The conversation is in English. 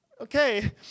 okay